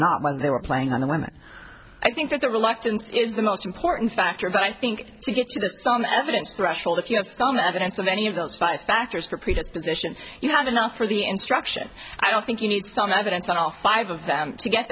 not whether they were playing on the women i think that the reluctance is the most important factor but i think to get to the some evidence threshold if you have strong evidence of any of those five factors for predisposition you have enough for the instruction i don't think you need some evidence on all five of them to get